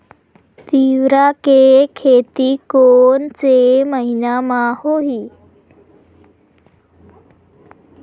तीवरा के खेती कोन से महिना म होही?